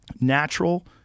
natural